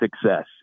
success